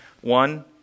One